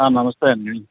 నమస్తే అండీ